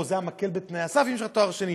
או שזה היה מקל בתנאי הסף אם יש לך תואר שני.